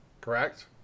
correct